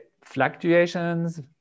fluctuations